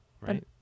right